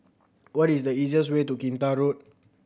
what is the easiest way to Kinta Road